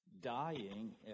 dying